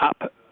up